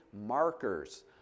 markers